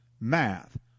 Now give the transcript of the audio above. math